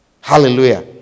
Hallelujah